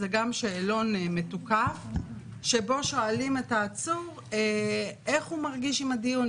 זה גם שאלון מתוקף שבו שואלים את העצור איך הוא מרגיש עם הדיון,